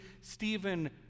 Stephen